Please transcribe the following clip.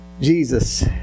Jesus